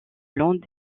long